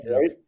right